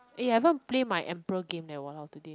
eh haven't play my emperor game leh !walao! today